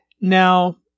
now